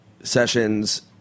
sessions